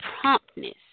promptness